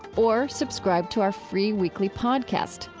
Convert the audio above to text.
or subscribe to our free weekly podcast.